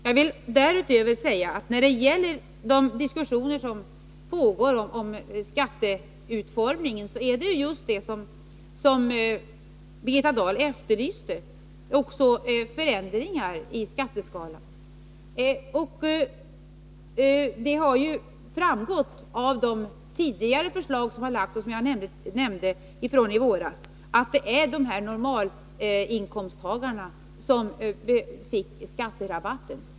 Jag vill därutöver säga att i de diskussioner som pågår om skatteutformningen ingår också just det som Birgitta Dahl efterlyste, nämligen förändringar i skatteskalan. Och det har ju framgått att det var just normalinkomsttagarna som genom de tidigare förslagen från i våras fick skatterabatt.